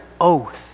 oath